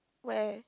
where